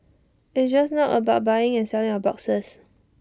it's just not about buying and selling of boxes